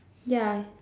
ya